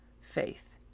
faith